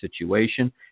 situation